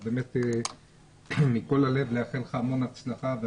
אני רוצה לאחל לך המון הצלחה,